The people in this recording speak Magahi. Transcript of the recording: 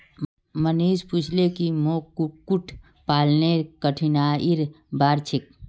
मनीष पूछले की मोक कुक्कुट पालनेर कठिनाइर बार छेक